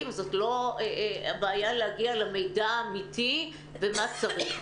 וזו לא בעיה להגיע למידע האמיתי ומה צריך.